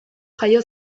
jaio